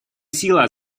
сила